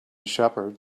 shepherd